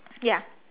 ya